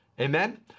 Amen